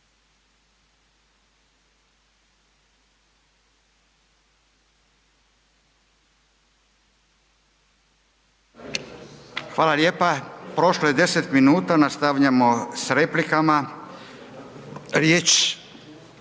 Hvala lijepa. Prošlo je 10 minuta. Nastavljamo s replikama, riječ